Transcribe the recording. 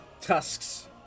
tusks